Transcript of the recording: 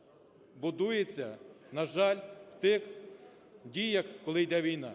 яка будується, на жаль, в тих діях, коли йде війна.